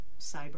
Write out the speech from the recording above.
cyber